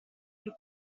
più